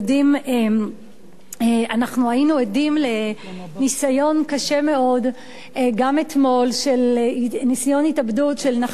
אנחנו היינו עדים לניסיון התאבדות קשה מאוד של נכה צה"ל,